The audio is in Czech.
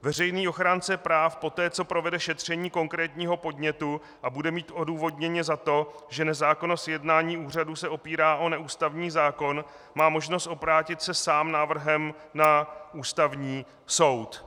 Veřejný ochránce práv poté, co provede šetření konkrétního podnětu a bude mít odůvodněně za to, že nezákonnost jednání úřadů se opírá o neústavní zákon, má možnost obrátit se sám návrhem na Ústavní soud.